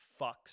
fucks